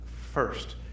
first